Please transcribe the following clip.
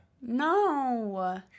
No